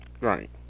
Right